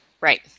right